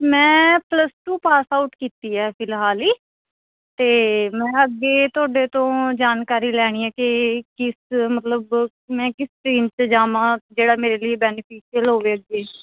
ਮੈਂ plus two pass out ਕੀਤੀ ਹੈ ਫਿਲਹਾਲ ਹੀ ਅਤੇ ਮੈਂ ਅੱਗੇ ਤੁਹਾਡੇ ਤੋਂ ਜਾਣਕਾਰੀ ਲੈਣੀ ਹੈ ਕਿ ਕਿਸ ਮਤਲਬ ਮੈਂ ਕਿਸ ਸਟਰੀਮ 'ਚ ਜਾਵਾਂ ਜਿਹੜਾ ਮੇਰੇ ਲਈ ਬੈਨੀਫਿਸ਼ਅਲ ਹੋਵੇ ਅੱਗੇ